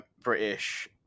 British